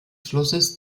flusses